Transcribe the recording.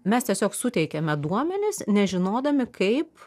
mes tiesiog suteikiame duomenis nežinodami kaip